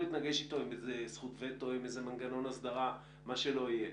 להתנגש איתו עם זכות וטו או עם איזשהו מנגנון הסדרה - מה שלא יהיה.